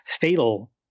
fatal